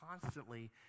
constantly